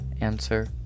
answer